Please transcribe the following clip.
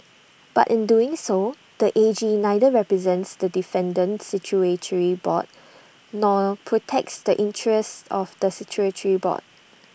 but in doing so the A G neither represents the defendant statutory board nor protects the interests of the statutory board